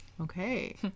Okay